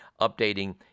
updating